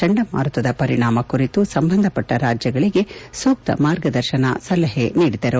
ಚಂಡಮಾರುತದ ಪರಿಣಾಮ ಕುರಿತು ಸಂಬಂಧಪಟ್ಟ ರಾಜ್ಗಗಳಿಗೆ ಸೂಕ್ತ ಮಾರ್ಗದರ್ಶನ ಸಲಹೆ ನೀಡಿದರು